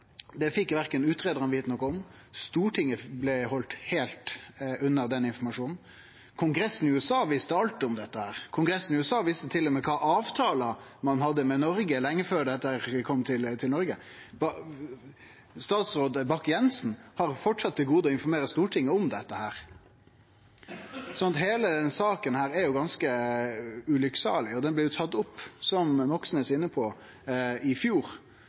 Det fekk ikkje utgreiarane vite noko om, og Stortinget blei halde heilt unna denne informasjonen. Kongressen i USA visste alt om dette, kongressen i USA visste til og med kva avtalar ein hadde med Noreg lenge før dette kom til Noreg. Statsråd Bakke-Jensen har framleis til gode å informere Stortinget om dette. Så heile denne saka er ganske sørgjeleg, og ho blei teken opp, slik representanten Moxnes var inne på, i fjor.